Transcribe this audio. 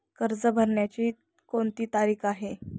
कर्ज भरण्याची कोणती तारीख आहे?